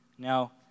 Now